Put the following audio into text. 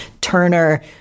Turner